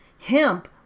Hemp